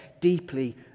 deeply